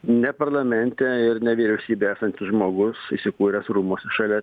ne parlamente ir ne vyriausybėje esantis žmogus įsikūręs rūmus šalia